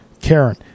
Karen